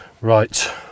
Right